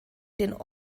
den